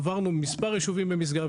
עברנו בכמה יישובים במשגב,